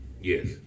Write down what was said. Yes